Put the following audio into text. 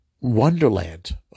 Wonderland